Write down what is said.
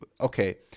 okay